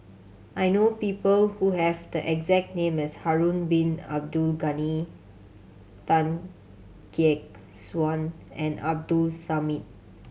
I know people who have the exact name as Harun Bin Abdul Ghani Tan Gek Suan and Abdul Samad